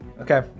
Okay